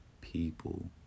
people